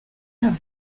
have